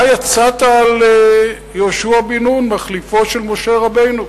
מה יצאת על יהושע בן נון, מחליפו של משה רבנו?